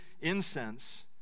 incense